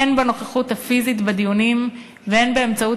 הן בנוכחות הפיזית בדיונים והן באמצעות